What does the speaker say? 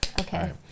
Okay